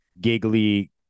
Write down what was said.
giggly